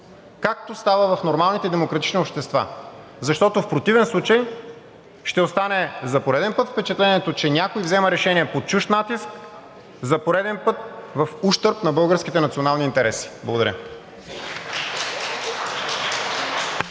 както става в нормалните демократични общества. Защото в противен случай ще остане за пореден път впечатлението, че някой взима решение под чужд натиск за пореден път в ущърб на българските национални интереси. Благодаря.